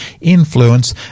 influence